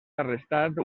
arrestat